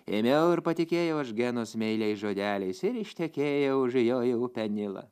ėmiau ir patikėjau aš genos meiliais žodeliais ir ištekėjau už jo į upę nilą